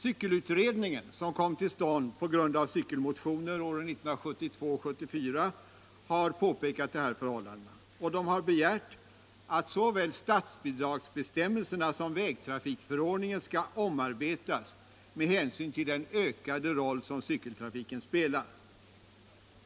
| Cykelutredningen, som kom till stånd på grund av cykelmotioner åren 1972 och 1974, har påpekat detta förhållande och begärt att såväl statsbidragsbestämmelserna som vägtrafikförordningen skall omarbetas med hänsyn till den ökade roll som cykeltrafiken spelar.